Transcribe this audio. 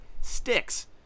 Sticks